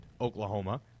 Oklahoma